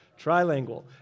Trilingual